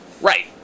Right